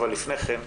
אבל לפני כן,